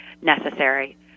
necessary